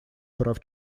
прав